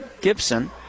Gibson